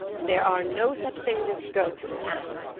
there are no such things as ghosts, anne.